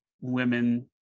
women